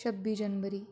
छब्बी जनबरी